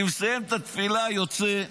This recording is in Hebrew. אני מסיים את התפילה, יוצא,